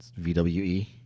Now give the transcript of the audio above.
VWE